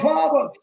Father